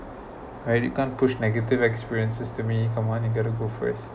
right you can't push negative experiences to me come on you got to go first